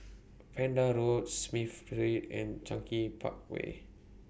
Pender Road Smith Street and Cluny Park Way